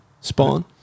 Spawn